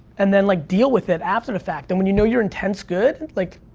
and then, like deal with it after the fact. then, when you know your intent's good, like,